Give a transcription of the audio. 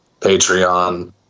Patreon